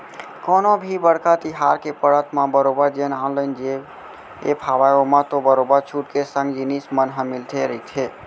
कोनो भी बड़का तिहार के पड़त म बरोबर जेन ऑनलाइन जेन ऐप हावय ओमा तो बरोबर छूट के संग जिनिस मन ह मिलते रहिथे